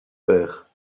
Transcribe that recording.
père